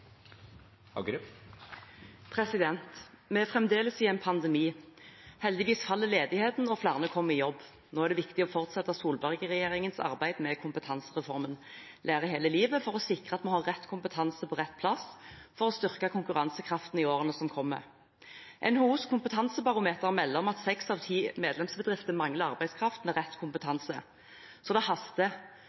fremdeles i en pandemi. Heldigvis faller ledigheten, og flere kommer i jobb. Nå er det viktig å fortsette Solberg-regjeringens arbeid med kompetansereformen «Lære hele livet» for å sikre at vi har rett kompetanse på rett plass, for å styrke konkurransekraften i årene som kommer. NHOs kompetansebarometer melder om at seks av ti medlemsbedrifter mangler arbeidskraft med rett kompetanse. Så det haster.